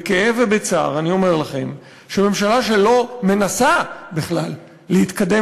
בכאב ובצער אני אומר לכם שממשלה שלא מנסה בכלל להתקדם